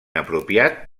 apropiat